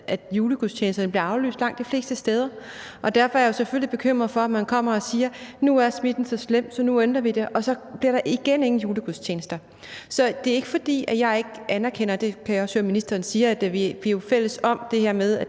at julegudstjenesterne blev aflyst langt de fleste steder, og derfor er jeg selvfølgelig bekymret for, at man kommer og siger, at nu er smitten så slem, at man ændrer det, og at der så igen ikke bliver nogen julegudstjenester. Så det er jo ikke, fordi jeg ikke anerkender, at vi – det kan jeg også høre at ministeren siger – er fælles om det her med,